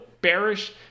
bearish